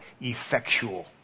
effectual